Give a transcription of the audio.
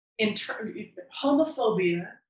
homophobia